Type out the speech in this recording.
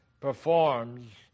performs